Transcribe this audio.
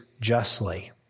justly